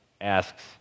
asks